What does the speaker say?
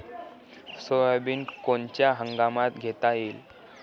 Soybean कोनच्या हंगामात घेता येईन?